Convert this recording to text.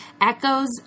echoes